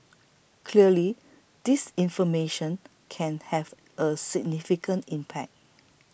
clearly disinformation can have a significant impact